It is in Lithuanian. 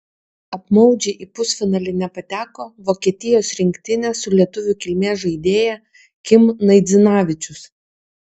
apmaudžiai į pusfinalį nepateko vokietijos rinktinė su lietuvių kilmės žaidėja kim naidzinavičius